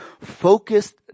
focused